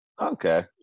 Okay